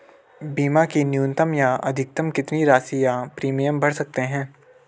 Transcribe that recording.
बीमा की न्यूनतम या अधिकतम कितनी राशि या प्रीमियम भर सकते हैं?